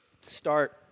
Start